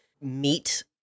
meet